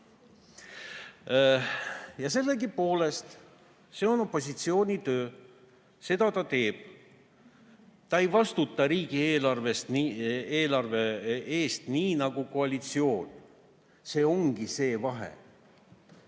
Sellegipoolest on see opositsiooni töö. Seda ta teeb. Ta ei vastuta riigieelarve eest nii nagu koalitsioon. See ongi see vahe.